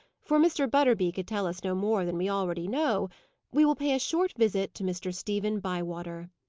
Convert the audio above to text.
for mr. butterby could tell us no more than we already know we will pay a short visit to mr. stephen bywater.